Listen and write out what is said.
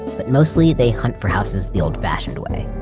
but mostly they hunt for houses the old fashioned way.